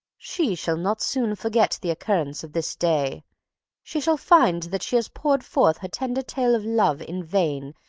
she shall not soon forget the occurrences of this day she shall find that she has poured forth her tender tale of love in vain,